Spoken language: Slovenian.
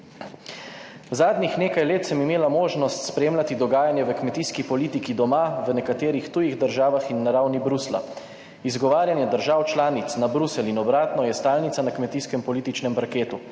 »Zadnjih nekaj let sem imela možnost spremljati dogajanje v kmetijski politiki doma, v nekaterih tujih državah in na ravni Bruslja. Izgovarjanje držav članic na Bruselj in obratno je stalnica na kmetijskem političnem parketu.